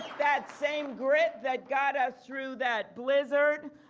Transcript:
that same grid that got us through that blizzard,